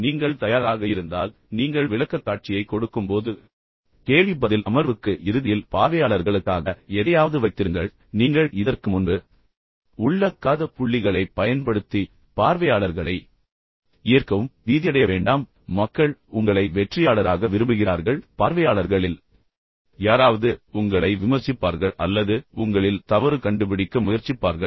நீங்கள் முழுமையாகத் தயாராக இருந்தால் எப்போதும் நீங்கள் விளக்கக்காட்சியைக் கொடுக்கும்போது கேள்வி பதில் அமர்வுக்கு இறுதியில் பார்வையாளர்களுக்காக எதையாவது வைத்திருங்கள் பின்னர் நீங்கள் இதற்கு முன்பு உள்ளடக்காத புள்ளிகளைப் பயன்படுத்தி கேள்வி பதில் அமர்வின் போது பார்வையாளர்களை மீண்டும் ஈர்க்கவும் ஆனால் பீதியடைய வேண்டாம் மக்கள் உங்களை வெற்றியாளராக விரும்புகிறார்கள் பார்வையாளர்களில் யாராவது உங்களை விமர்சிப்பார்கள் அல்லது உங்களில் தவறு கண்டுபிடிக்க முயற்சிப்பார்கள்